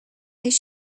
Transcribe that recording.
his